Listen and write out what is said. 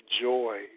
joy